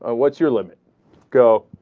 ah what you're looking go